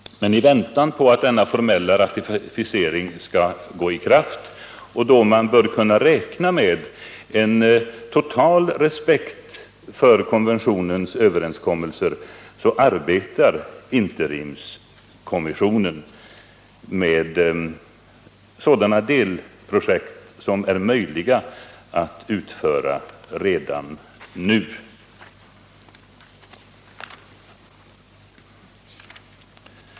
Men i väntan på att denna formella ratificering skall träda i kraft, då man bör kunna räkna med en total respekt för konventionen, arbetar interimskommissionen med sådana delprojekt som är möjliga att genomföra redan nu.